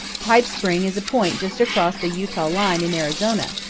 pipe spring is a point just across the utah line in arizona,